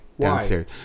downstairs